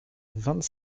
vingt